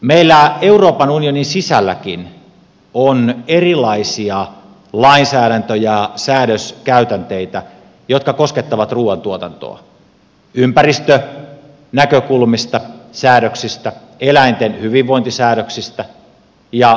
meillä euroopan unionin sisälläkin on erilaisia lainsäädäntö ja säädöskäytänteitä jotka koskettavat ruuantuotantoa säädöksistä ympäristönäkökulmista eläinten hyvinvointisäädöksistä ja monista muista